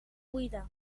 buida